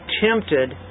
tempted